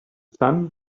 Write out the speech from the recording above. sun